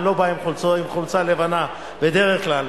אני לא בא בחולצה לבנה בדרך כלל.